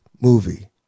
movie